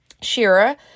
Shira